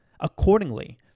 accordingly